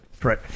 Right